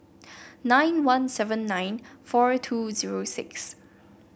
nine one seven nine four two zero six